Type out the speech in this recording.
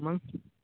मग